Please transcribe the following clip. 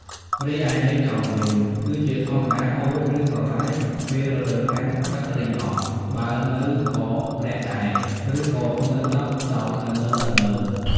រីឯន័យចំ វិញគឺជាធម្មតាអូរ ឬ ប្រឡាយ ពេលរដូវប្រាំង ទឹករីងអស់ បើនៅក៏រាក់ដែរ ឬក៏នៅដក់ដោយអន្លើៗ ។